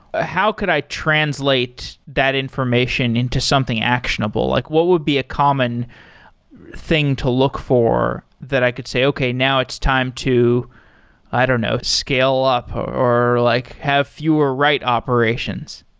ah how could i translate that information into something actionable? like what would be a common thing to look for that i could say, okay. now it's time to i don't know, scale up or like have fewer write operations.